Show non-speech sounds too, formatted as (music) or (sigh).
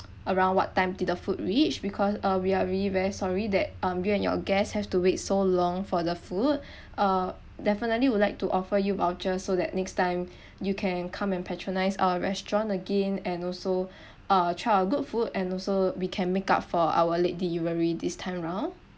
around what time did the food reached because uh we are really very sorry that um you and your guests have to wait so long for the food (breath) uh definitely would like to offer you voucher so that next time (breath) you can come and patronise our restaurant again and also (breath) uh try our good food and also we can make up for our late delivery this time round